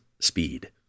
speed